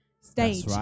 stage